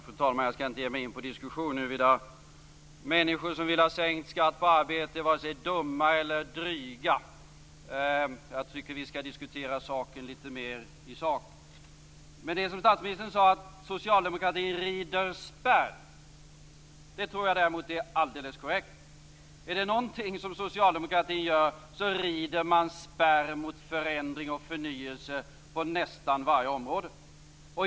Fru talman! Jag skall inte ge mig in på en diskussion om huruvida människor som vill ha sänkt skatt på arbete är vare sig dumma eller dryga. Jag tycker att vi skall diskutera litet mer i sak. Statsministern sade att socialdemokratin rider spärr. Det tror jag däremot är alldeles korrekt. Är det någonting som socialdemokratin gör så rider man spärr mot förändring och förnyelse på nästan varje område.